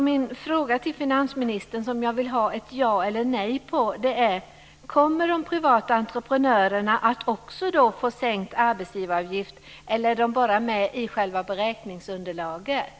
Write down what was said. Min fråga till finansministern, som jag vill ha ett ja eller nej till svar på, är: Kommer de privata entreprenörerna att också få sänkt arbetsgivaravgift, eller är de bara med i själva beräkningsunderlaget?